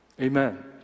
Amen